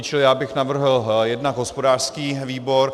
Čili já bych navrhl jednak hospodářský výbor.